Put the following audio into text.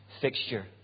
fixture